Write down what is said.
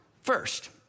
first